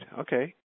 Okay